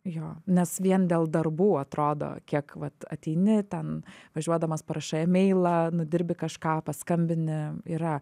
jo nes vien dėl darbų atrodo kiek vat ateini ten važiuodamas parašai emailą nudirbi kažką paskambini yra